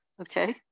Okay